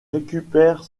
récupère